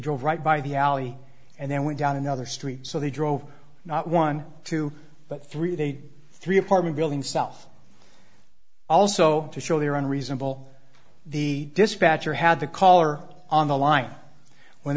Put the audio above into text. drove right by the alley and then went down another street so they drove not one two but three they three apartment building south also to show their own resemble the dispatcher had the caller on the line when